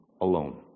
alone